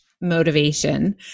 motivation